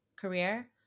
career